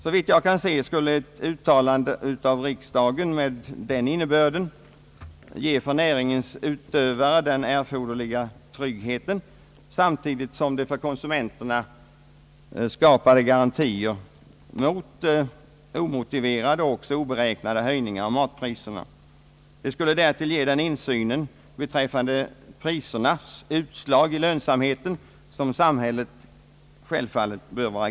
Såvitt jag kan se, skulle ett uttalande av riksdagen med den innebörden ge näringens utövare den erforderliga tryggheten och samtidigt skapa garantier åt konsumenterna mot omotiverade och även oberäknade höjningar av matpriserna. Det skulle därtill ge den insyn beträffande prisernas utslag i lönsamheten, som samhället självfallet bör ha.